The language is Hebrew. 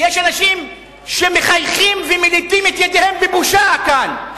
יש אנשים שמחייכים ומליטים את ידיהם בבושה כאן,